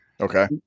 Okay